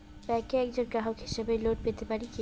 ব্যাংকের একজন গ্রাহক হিসাবে লোন পেতে পারি কি?